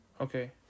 okay